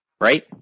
Right